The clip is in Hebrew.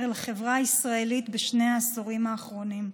לחברה הישראלית בשני העשורים האחרונים.